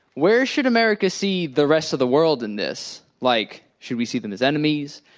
where should america see the rest of the world in this? like, should we see them as enemies,